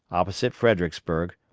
opposite fredericksburg,